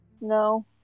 No